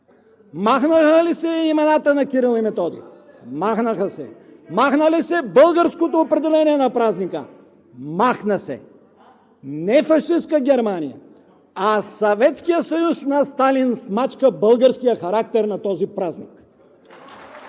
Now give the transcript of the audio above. Махнаха ли се имената на Кирил и Методий? Махнаха се. Махна ли се българското определение на празника? Махна се. Не фашистка Германия, а Съветският съюз на Сталин смачка българския характер на този празник!